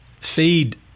feed